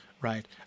right